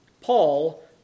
Paul